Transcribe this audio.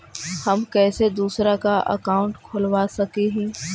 हम कैसे दूसरा का अकाउंट खोलबा सकी ही?